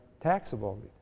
taxable